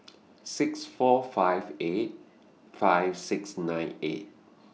six four five eight five six nine eight